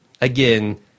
Again